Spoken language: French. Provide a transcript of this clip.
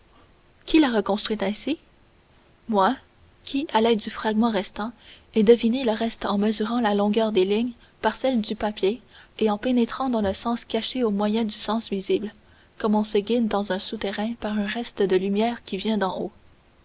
qui l'a reconstruite ainsi moi qui à l'aide du fragment restant ai deviné le reste en mesurant la longueur des lignes par celle du papier et en pénétrant dans le sens caché au moyen du sens visible comme on se guide dans un souterrain par un reste de lumière qui vient d'en haut